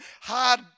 hard